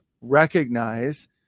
recognize